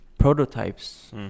prototypes